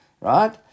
Right